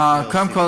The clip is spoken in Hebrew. קודם כול,